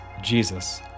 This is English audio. Jesus